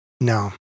No